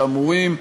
שאמורים,